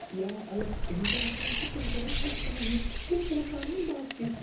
یا اگر ہنٛدوستانس منٛز چھُ تیٚلہِ تٔرِن پاکِستانٕکۍ یور تِم کَرن پانٕوٲنۍ بات چیٖت